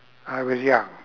I was young